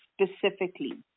specifically